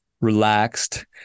relaxed